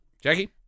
jackie